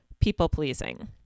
people-pleasing